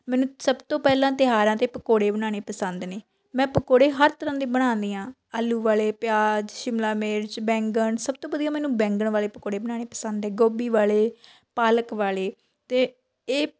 ਮੈਨੂੰ ਸਭ ਤੋਂ ਪਹਿਲਾਂ ਤਿਉਹਾਰਾਂ 'ਤੇ ਪਕੌੜੇ ਬਣਾਉਣੇ ਪਸੰਦ ਨੇ ਮੈਂ ਪਕੌੜੇ ਹਰ ਤਰ੍ਹਾਂ ਦੇ ਬਣਾਉਂਦੀ ਹਾਂ ਆਲੂ ਵਾਲੇ ਪਿਆਜ਼ ਸ਼ਿਮਲਾ ਮਿਰਚ ਬੈਂਗਣ ਸਭ ਤੋਂ ਵਧੀਆ ਮੈਨੂੰ ਬੈਂਗਣ ਵਾਲੇ ਪਕੜੇ ਬਣਾਉਣੇ ਪਸੰਦ ਹੈ ਗੋਭੀ ਵਾਲੇ ਪਾਲਕ ਵਾਲੇ ਅਤੇ ਇਹ